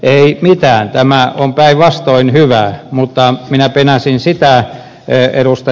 ei mitään tämä on päinvastoin hyvää mutta minä penäsin sitä ed